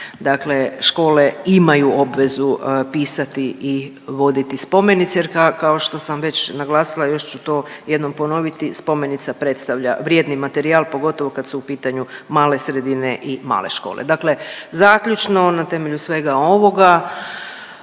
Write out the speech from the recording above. dakle škole imaju obvezu pisati i voditi spomenice jer kao što sam već naglasila još ću to jednom ponoviti spomenica predstavlja vrijedni materijal pogotovo kad su u pitanju male sredine i male škole. Dakle, zaključno na temelju svega ovoga